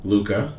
Luca